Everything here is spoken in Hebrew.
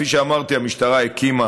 כפי שאמרתי, המשטרה הקימה